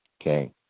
Okay